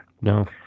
No